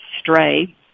stray